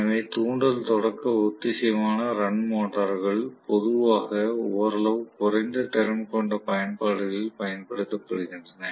எனவே தூண்டல் தொடக்க ஒத்திசைவான ரன் மோட்டார்கள் பொதுவாக ஓரளவு குறைந்த திறன் கொண்ட பயன்பாடுகளில் பயன்படுத்தப்படுகின்றன